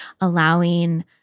allowing